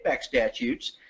statutes